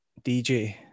DJ